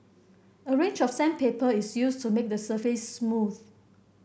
a range of sandpaper is used to make the surface smooth